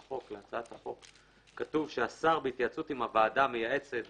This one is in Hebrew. להצעת החוק כתוב שהשר בהתייעצות עם הוועדה המייעצת.